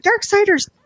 Darksiders